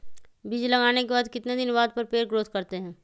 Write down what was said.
बीज लगाने के बाद कितने दिन बाद पर पेड़ ग्रोथ करते हैं?